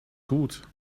gut